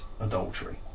adultery